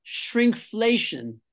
shrinkflation